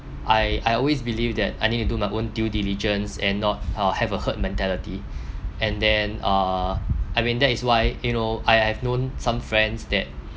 I I always believe that I need to do my own due diligence and not uh have a herd mentality and then uh I mean that is why you know I I've known some friends that